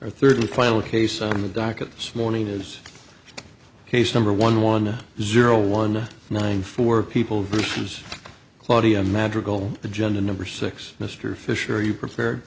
third and final case on the docket this morning is his number one one zero one nine four people versus claudia madrigal agenda number six mr fisher you pre